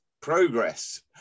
Progress